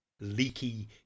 leaky